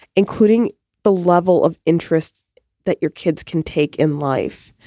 including the level of interest that your kids can take in life.